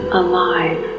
alive